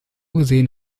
gesehen